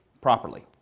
properly